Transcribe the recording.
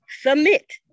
submit